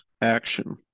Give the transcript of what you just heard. action